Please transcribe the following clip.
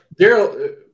Daryl